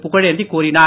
புகழேந்தி கூறினார்